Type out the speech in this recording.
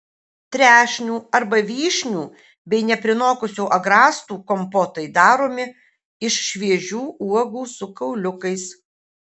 trešnių arba vyšnių bei neprinokusių agrastų kompotai daromi iš šviežių uogų su kauliukais